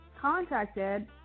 contacted